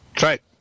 Right